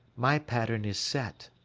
my pattern is set.